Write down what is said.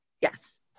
Yes